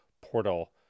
portal